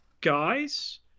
guys